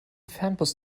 fernbus